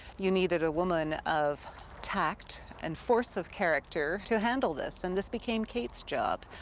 you needed a women of tact and force of character to handle this. and this became kate's job.